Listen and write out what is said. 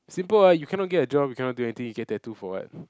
simple ah you cannot get a job you cannot do anything you get tattoo for what